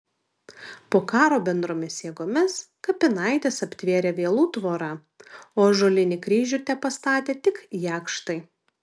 po karo bendromis jėgomis kapinaites aptvėrė vielų tvora o ąžuolinį kryžių tepastatė tik jakštai